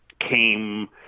came